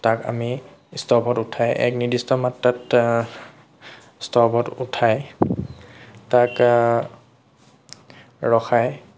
তাক আমি ষ্টভত উঠাই এক নিৰ্দিষ্ট মাত্ৰাত ষ্টভত উঠাই তাক ৰখাই